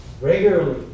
regularly